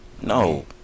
No